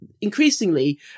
increasingly